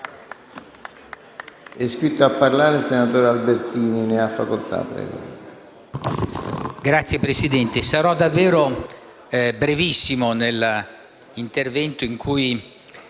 Signor Presidente, sarò davvero brevissimo nell'intervento in cui